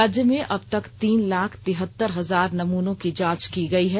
राज्य में अब तक तीन लाख तिहत्तर हजार नमूनों की जांच की गयी है